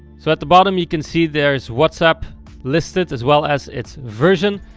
so at the bottom you can see there is whatsapp listed as well as it's version.